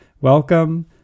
welcome